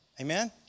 Amen